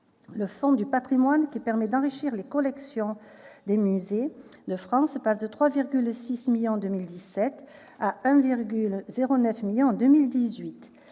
le fonds du patrimoine, qui permet d'enrichir les collections des musées de France, passe de 3,6 millions d'euros en 2017 à 1,09 million d'euros en 2018.